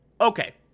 Okay